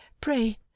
pray